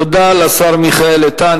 תודה לשר מיכאל איתן.